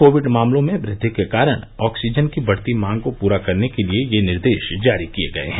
Covid मामलों में वृद्धि के कारण ऑक्सीजन की बढ़ती मांग को पूरा करने के लिए ये निर्देश जारी किए गए हैं